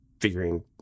figuring